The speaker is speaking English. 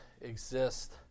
exist